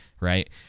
Right